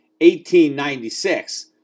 1896